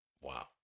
Wow